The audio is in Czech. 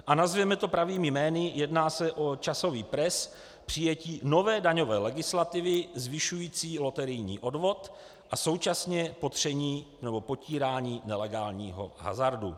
A nazvěme to pravými jmény jedná se o časový pres přijetí nové daňové legislativy zvyšující loterijní odvod a současně popření nebo popírání nelegálního hazardu.